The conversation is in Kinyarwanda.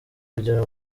kugera